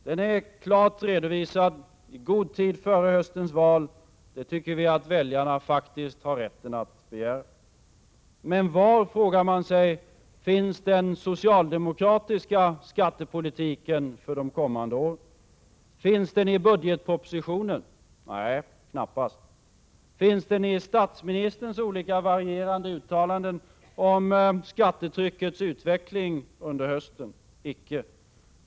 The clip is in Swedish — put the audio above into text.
Den är klart redovisad, i god tid före höstens val. Det tycker vi faktiskt att väljarna har rätt att begära. Men var, frågar man sig, finns den socialdemokratiska skattepolitiken för de kommande åren? Finns den i budgetpropositionen? Nej, knappast. Finns den i statsminis terns varierande uttalanden under hösten om skattetryckets utveckling? Icke.